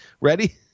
Ready